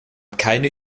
keine